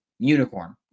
Unicorn